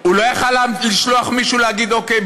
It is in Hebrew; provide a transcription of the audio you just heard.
הוא לא היה יכול לשלוח מישהו להגיד: אוקיי,